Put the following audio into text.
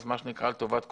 אז מה שנקרא, לטובת כולנו,